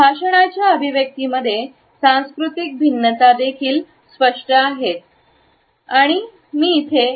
भाषणाच्या अभिव्यक्ती मध्ये सांस्कृतिक भिन्नता देखील स्पष्ट आहेत आणि मी येथे ए